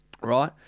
Right